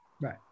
Right